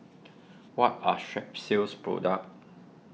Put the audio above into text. what are Strepsils product